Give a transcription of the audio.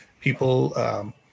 people